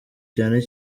cyane